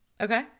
okay